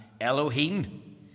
Elohim